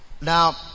Now